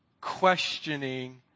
questioning